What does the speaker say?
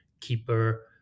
keeper